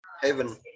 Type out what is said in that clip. heaven